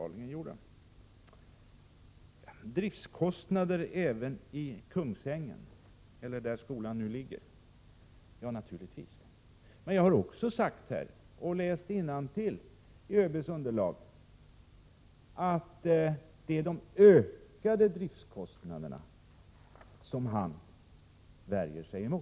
Naturligtvis uppstår det driftskostnader även i Kungsängen, där skolan nu ligger. Men jag har också sagt här och läst innantill i ÖB:s underlag att det är de ökade driftskostnaderna som han värjer sig emot.